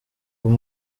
ngo